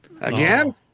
Again